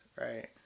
right